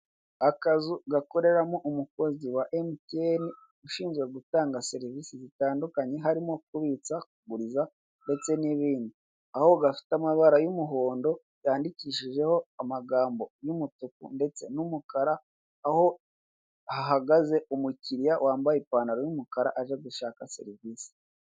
Akazu gakoreramo umukozi wa emutiyene ushinzwe gutanga serivise zigiye zitandukanye, harimo kubitsa kuhereza ndetse n'ibindi. Aho gafite amabara y'umuhondo yandikishijeho amagambo y'umutuku ndetse n'umukara. Aho hahagaze umukiriya wambaye ipantaro y'umukara aje gushaka serivise.